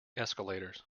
escalators